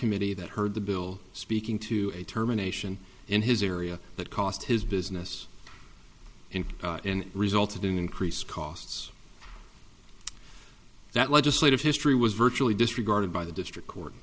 committee that heard the bill speaking to a terminations in his area that cost his business and resulted in increased costs that legislative history was virtually disregarded by the district court